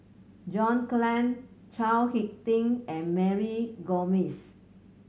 John Clang Chao Hick Tin and Mary Gomes